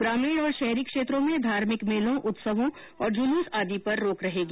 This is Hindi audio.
ग्रामीण और शहरी क्षेत्रों में धार्मिक मेलों उत्सवों और जुलुस आदि पर रोक रहेगी